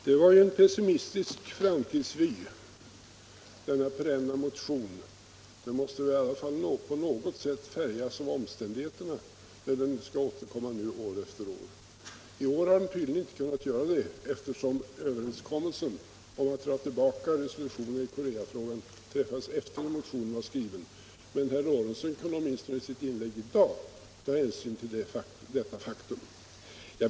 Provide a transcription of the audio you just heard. Herr talman! Det var ju en pessimistisk framtidsvy, den om denna perenna motion. Den måste väl i alla fall på något sätt färgas av omständigheterna, när den nu skall återkomma år efter år. I år har den tydligen inte kunnat göra det, eftersom överenskommelsen om att dra tillbaka resolutionen i Koreafrågan träffades efter det att motionen var skriven. Men herr Lorentzon kunde åtminstone i sitt inlägg i dag ta hänsyn till detta faktum.